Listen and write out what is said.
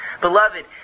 Beloved